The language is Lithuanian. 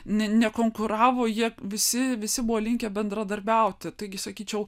ne nekonkuravo jie visi visi buvo linkę bendradarbiauti taigi sakyčiau